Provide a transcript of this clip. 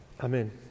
Amen